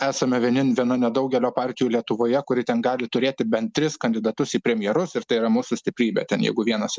esame vieni viena nedaugelio partijų lietuvoje kuri ten gali turėti bent tris kandidatus į premjerus ir tai yra mūsų stiprybė ten jeigu vienas